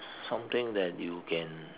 something that you can